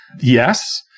Yes